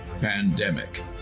Pandemic